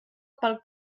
pel